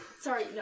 Sorry